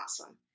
awesome